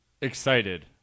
excited